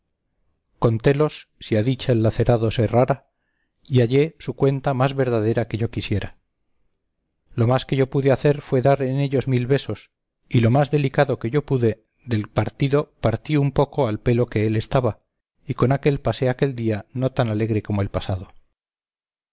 recebillo contélos si a dicha el lacerado se errara y hallé su cuenta más verdadera que yo quisiera lo más que yo pude hacer fue dar en ellos mil besos y lo más delicado que yo pude del partido partí un poco al pelo que él estaba y con aquél pasé aquel día no tan alegre como el pasado